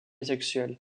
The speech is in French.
sexuelle